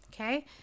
Okay